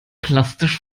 plastisch